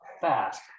fast